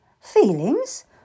Feelings